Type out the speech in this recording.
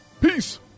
Peace